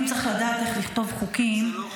זה לא חוק.